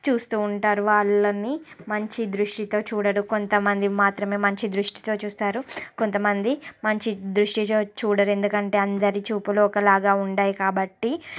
చూస్తూ ఉంటారు వాళ్ళని మంచి దృష్టితో చూడరు కొంతమందికి మాత్రమే మంచి దృష్టితో చూస్తారు కొంతమంది మంచి దృష్టితో చూడరు ఎందుకంటే అందరి చూపులో ఒకలాగా ఉండవు కాబట్టి